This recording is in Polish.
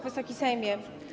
Wysoki Sejmie!